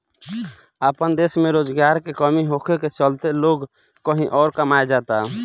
आपन देश में रोजगार के कमी होखे के चलते लोग कही अउर कमाए जाता